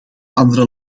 andere